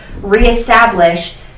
reestablish